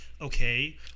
okay